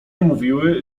mówiły